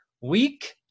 Week